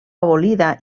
abolida